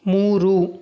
ಮೂರು